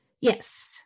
Yes